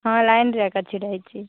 ହଁ ଲାଇନ୍ରେ ଏକା ଛିଡ଼ା ହୋଇଛି